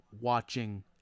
watching